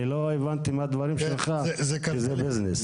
אני לא הבנתי מהדברים שלך שזה ביזנס.